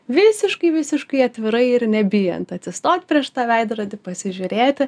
visiškai visiškai atvirai ir nebijant atsistot prieš tą veidrodį pasižiūrėti